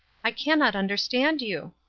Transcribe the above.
i cannot understand you.